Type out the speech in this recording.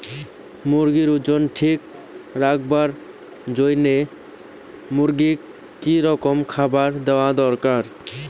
মুরগির ওজন ঠিক রাখবার জইন্যে মূর্গিক কি রকম খাবার দেওয়া দরকার?